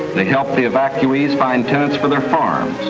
they helped the evacuees find tenants for their farms,